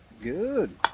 Good